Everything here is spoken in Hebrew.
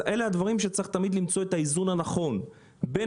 אלה דברים שצריך תמיד למצוא את האיזון הנכון בין